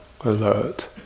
alert